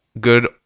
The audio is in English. good